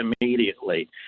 immediately